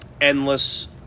endless